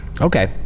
Okay